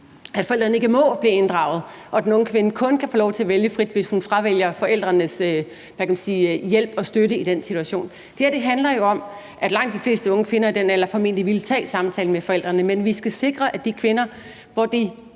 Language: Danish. at forældrene ikke må blive inddraget, og at den unge kvinde kun kan få lov til at vælge frit, hvis hun fravælger forældrenes hjælp og støtte i den situation. Det her handler jo om, at langt de fleste unge kvinder i den alder formentlig ville tage samtalen med forældrene, men at vi skal sikre, at de kvinder, der af